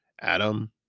Adam